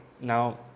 Now